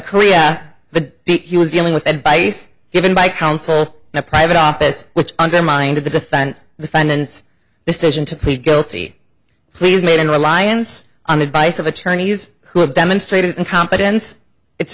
korea the he was dealing with advice given by counsel in a private office which undermined the defense the findings decision to plead guilty pleas made in reliance on advice of attorneys who have demonstrated competence it's